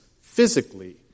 physically